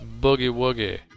boogie-woogie